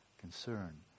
concern